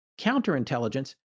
counterintelligence